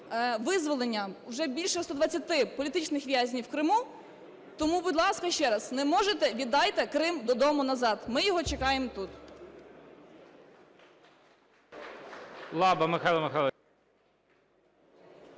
визволення уже більше 120 політичних в'язнів в Криму. Тому, будь ласка, ще раз, не можете – віддайте Крим додому назад, ми його чекаємо тут.